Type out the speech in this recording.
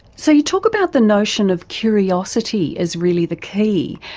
so you talk about the notion of curiosity as really the key.